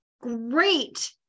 great